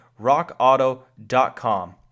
rockauto.com